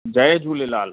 Jay Jhulelal